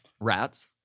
Rats